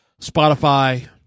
Spotify